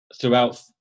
throughout